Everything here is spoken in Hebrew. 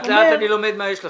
לאט לאט אני למד מה יש לכם.